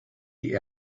die